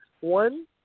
One